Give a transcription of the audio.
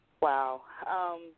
Wow